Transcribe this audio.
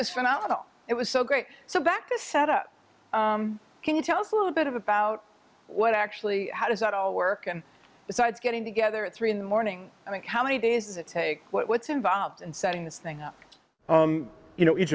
was phenomenal it was so great so back to set up can you tell us a little bit about what actually how does that all work and besides getting together at three in the morning i mean how many days is it take what's involved in setting this thing up you know